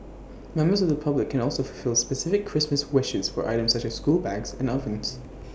members of the public can also fulfil specific Christmas wishes for items such as school bags and ovens